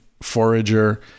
forager